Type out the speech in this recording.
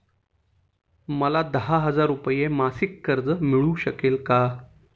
मला दहा हजार रुपये मासिक कर्ज मिळू शकेल का?